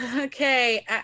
okay